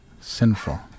Sinful